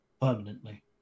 permanently